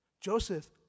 Joseph